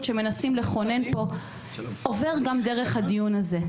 שמנסים לכונן פה עובר גם דרך הדיון הזה,